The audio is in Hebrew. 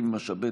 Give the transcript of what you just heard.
קוז'ינוב,